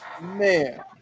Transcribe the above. Man